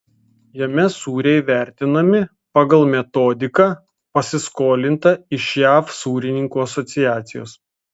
jame sūriai vertinami pagal metodiką pasiskolintą iš jav sūrininkų asociacijos